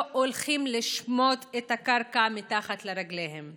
הולכים לשמוט את הקרקע מתחת לרגליהם.